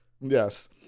Yes